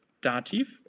Dativ